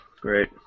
great